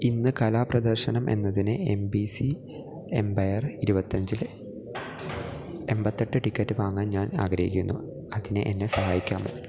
ഇന്ന് കലാപ്രദർശനം എന്നതിന് എം ബി സി എംപയർ ഇരുപത്തഞ്ചില് എമ്പത്തെട്ട് ടിക്കറ്റ് വാങ്ങാൻ ഞാൻ ആഗ്രഹിക്കുന്നു അതിന് എന്നെ സഹായിക്കാമോ